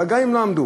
אבל גם אם לא עמדו,